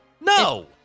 No